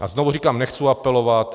A znovu říkám, nechci apelovat.